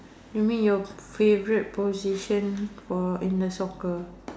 you mean your favorite position for in the soccer